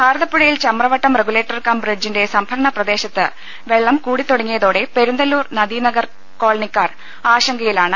ഭാരതപ്പുഴയിൽ Chamravattam regulator cum ബ്രിഡ്ജിന്റെ സംഭരണ പ്രദേശത്ത് വെള്ളം കൂടിത്തുടങ്ങിയതോടെ പെരുന്തല്പൂർ നദീനഗർ കോളനിക്കാർ ആശങ്കയിലാണ്